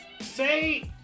say